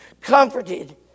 comforted